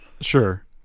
Sure